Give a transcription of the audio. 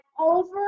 over